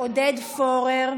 עודד פורר,